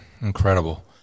Incredible